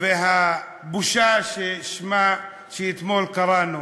והבושה שאתמול קראנו: